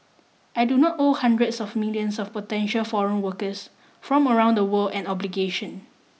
I do not owe hundreds of millions of potential foreign workers from around the world an obligation